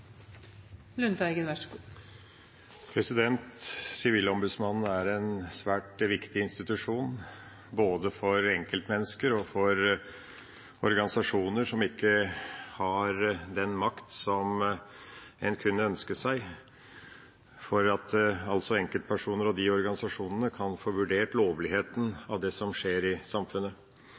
Sivilombudsmannen er en svært viktig institusjon både for enkeltmennesker og for organisasjoner som ikke har den makta en kunne ønske seg for at enkeltpersonene og de organisasjonene kan få vurdert lovligheten av det som skjer i samfunnet.